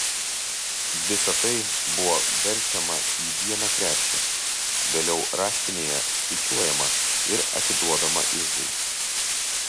visa tai buvo verčiama į vieną krepšį vėliau raštinėje skaičiuojama ir atiduodama iždui